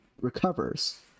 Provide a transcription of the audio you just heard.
recovers